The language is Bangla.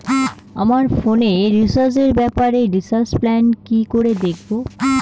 আমার ফোনে রিচার্জ এর ব্যাপারে রিচার্জ প্ল্যান কি করে দেখবো?